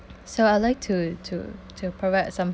so I'd like to to to provide some